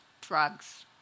drugs